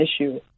issue